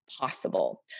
possible